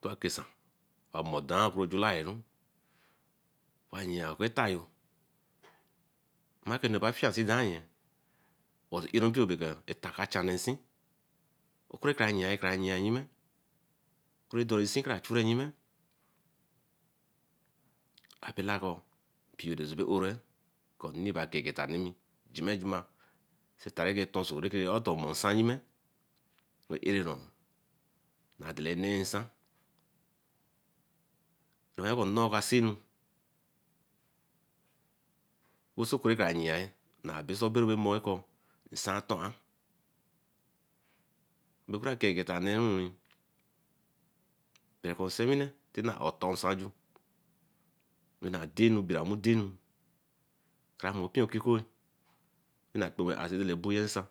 To akesan emo dan oheru wan yea oku eta yo maku eba fie sene dayen but era mpio bay co eta ka chan nee inseen okukare yea kare yea yime, kure dorin sine eara chure yime abalaku mpio dor re ore ke a dey gela nemi jimejima sah eta rah ton so rake or otor mor nsan yime arerun ta delle neyi nsan owa yan ko nnoi ca see enu osokuru bah yean ba baso bay ray moen ko nsan tuan brekegeta neruen bereken nsewine ton nsan ja ah nah denu biramu denu kera moen a pio nkikoe eba aba kpenwe ar see orn rah doray burry esan